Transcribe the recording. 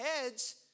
heads